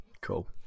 cool